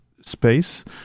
space